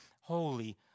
holy